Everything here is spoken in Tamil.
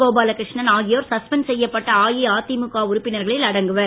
கோபாலகிருஷ்ணன் ஆகியோர் சஸ்பெண்ட் செய்யப்பட்ட அஇஅதிமுக உறுப்பினர்களில் அடங்குவர்